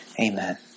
Amen